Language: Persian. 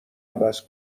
عوض